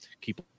Keep